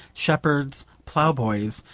shepherds, ploughboys,